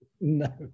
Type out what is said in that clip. No